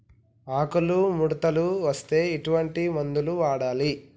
ఆకులు ముడతలు వస్తే ఎటువంటి మందులు వాడాలి?